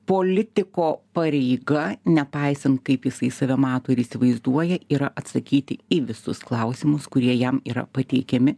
politiko pareiga nepaisant kaip jisai save mato ir įsivaizduoja yra atsakyti į visus klausimus kurie jam yra pateikiami